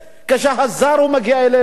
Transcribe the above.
הזר מגיע אלינו בעצם,